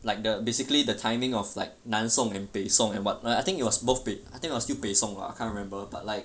like the basically the timing of like 南宋 and 北宋 and what ah I think it was both 北 I think it was still 北宋 lah can't remember but like